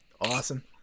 Awesome